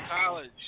college